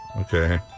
Okay